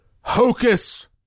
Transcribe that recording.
Hocus